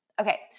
Okay